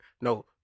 No